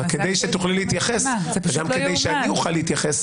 אבל כדי שתוכלי להתייחס וגם כדי שאני אוכל להתייחס,